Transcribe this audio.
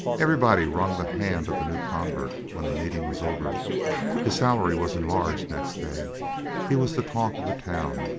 everybody wrung the hand of the new convert when the meeting was over his salary was enlarged next day he was the talk of the town,